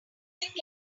think